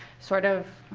sort of